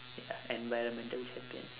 ya environmental champions